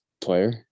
player